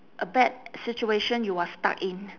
a bad situation you are stuck in